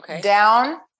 down